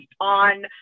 on